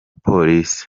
polisi